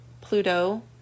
Pluto